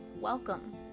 Welcome